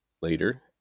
Later